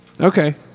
okay